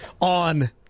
on